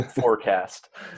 forecast